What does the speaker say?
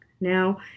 Now